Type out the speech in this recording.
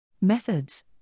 Methods